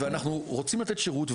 ואנחנו רוצים לתת שירות,